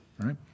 right